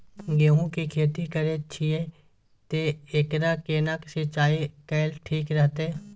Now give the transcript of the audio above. गेहूं की खेती करे छिये ते एकरा केना के सिंचाई कैल ठीक रहते?